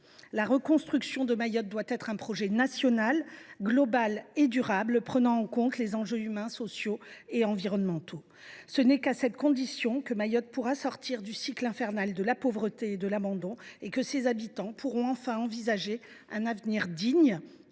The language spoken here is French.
La reconstruction de Mayotte doit être un projet national, global et durable, prenant en compte les enjeux humains, sociaux et environnementaux. Ce n’est qu’à cette condition que Mayotte pourra sortir du cycle infernal de la pauvreté et de l’abandon, et que ses habitants pourront enfin envisager un avenir digne,